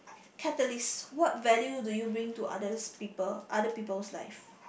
catalyst what value do you bring to others people other people's life